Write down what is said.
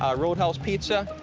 ah roadhouse pizza,